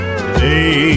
today